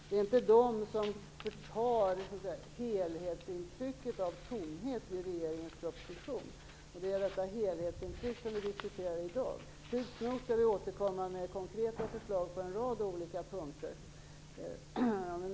Det är inte de som förtar helhetsintrycket av tomhet i regeringens proposition. Det är detta helhetsintryck som vi diskuterar i dag. Tids nog skall vi återkomma med konkreta förslag på en rad olika punkter.